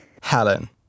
Helen